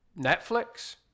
Netflix